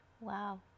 Wow